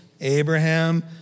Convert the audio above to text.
Abraham